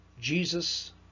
jesus